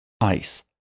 Ice